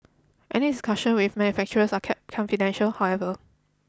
any discussions with manufacturers are kept confidential however